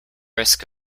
risk